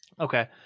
Okay